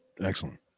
excellent